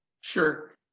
Sure